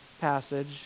passage